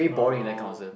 oh